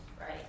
right